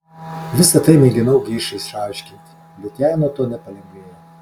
visa tai mėginau geišai išaiškinti bet jai nuo to nepalengvėjo